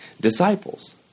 disciples